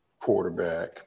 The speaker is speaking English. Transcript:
quarterback